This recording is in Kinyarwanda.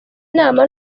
nama